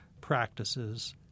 practices